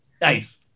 Nice